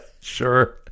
Sure